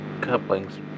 couplings